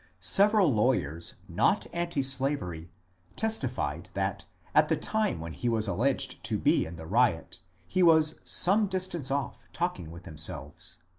several lawyers not anti slavery testified that at the time when he was alleged to be in the riot he was some distance off talking with themselves.